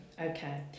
okay